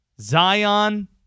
Zion